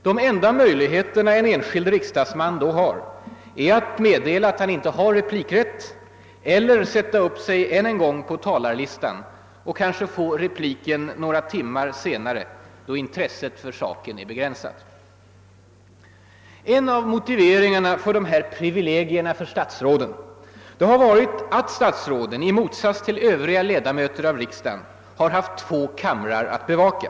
De enda möjligheterna för en enskild riksdagsman är då att meddela att han inte äger någon replikrätt — eller att sätta upp sig på talarlistan än en gång och kanske få replik först några timmar senare, när intresset för saken är begränsat. En av motiveringarna för dessa privilegier för statsråden har varit att de 1 motsats till övriga ledamöter av riksdagen, har haft två kamrar att bevaka.